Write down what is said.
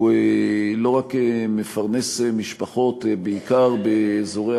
והוא לא רק מפרנס משפחות בעיקר באזורי